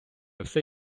все